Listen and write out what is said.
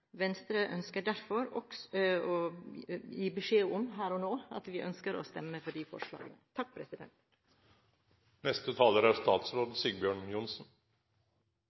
Venstre ønsker derfor her og nå å gi beskjed om at vi ønsker å stemme